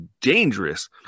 dangerous